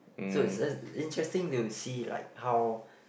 so it's just interesting to see like how